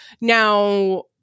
Now